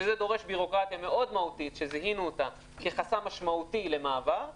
מה שדורש ביורוקרטיה מאוד מהותית שזיהינו אותה כחסם משמעותי למעבר,